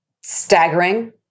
staggering